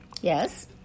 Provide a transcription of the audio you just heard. yes